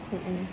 mm mm